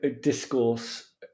discourse